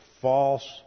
false